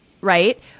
right